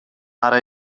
ara